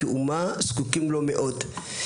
כאומה זקוקים לו מאוד.